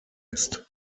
ist